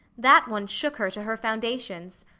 that one shook her to her foundations.